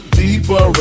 deeper